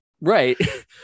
Right